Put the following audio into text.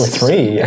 three